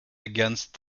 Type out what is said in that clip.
against